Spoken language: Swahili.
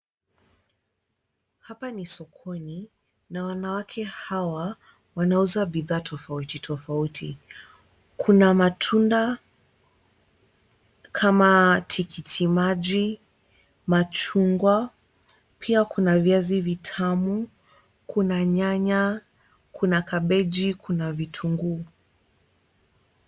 Hapa ni sokoni na wanawake hawa wanauza bidhaa tofauti tofauti. Kuna matunda kama tikitimaji, machungwa, pia kuna viazi vitamu, kuna nyanya, kuna kabeji, kuna vitunguu.